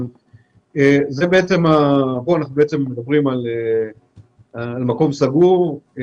פה אנחנו מדברים על מקום סגור.